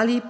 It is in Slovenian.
ali